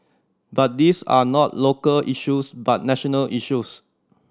but these are not local issues but national issues